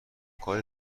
کاری